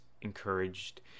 encouraged